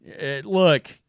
Look